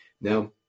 Now